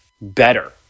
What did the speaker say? better